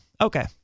Okay